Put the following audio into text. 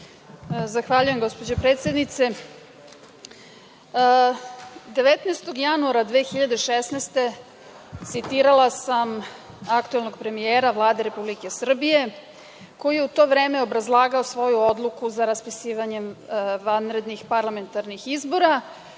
Zahvaljujem, gospođo predsednice. Dana 19. januara 2016. godine citirala sam aktuelnog premijera Vlade Republike Srbije, koji je u to vreme obrazlagao svoju odluku za raspisivanje vanrednih parlamentarnih izbora.